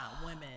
women